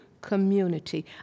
community